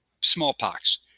smallpox